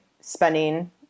spending